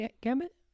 Gambit